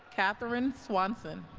katherine swanson